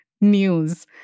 news